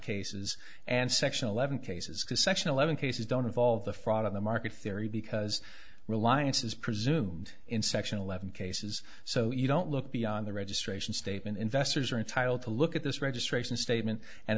cases and section eleven cases because section eleven cases don't involve the fraud of the market theory because reliance is presumed in section eleven cases so you don't look beyond the registration statement investors are entitled to look at this registration statement and